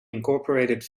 incorporated